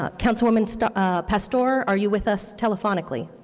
ah councilwoman ah pastor, are you with us telephonically?